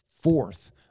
fourth